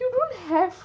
you don't have